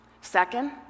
Second